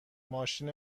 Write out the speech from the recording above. ماشین